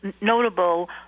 notable